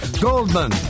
Goldman